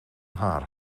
haar